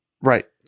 Right